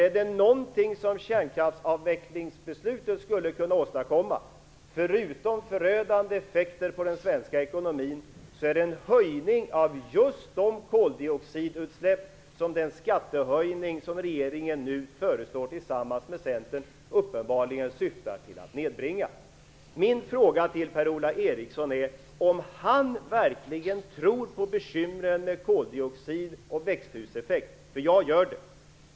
Är det någonting som kärnkraftsavvecklingsbeslutet skulle kunna åstadkomma, förutom förödande effekter på den svenska ekonomin, så är det en ökning av just de koldioxidutsläpp som den skattehöjning som regeringen tillsammans med Centern nu föreslår uppenbarligen syftar till att nedbringa. Min fråga till Per-Ola Eriksson är om han verkligen tror på bekymren med koldioxid och växthuseffekt, för jag gör det.